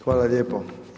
Hvala lijepo.